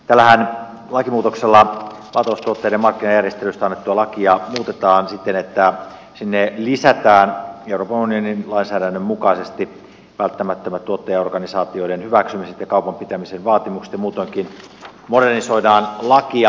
elikkä tällä lakimuutoksellahan maataloustuotteiden markkinajärjestelystä annettua lakia muutetaan siten että sinne lisätään euroopan unionin lainsäädännön mukaisesti välttämättömät tuottajaorganisaatioiden hyväksymiset ja kaupanpitämisen vaatimukset ja muutoinkin modernisoidaan lakia